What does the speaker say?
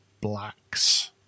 blacks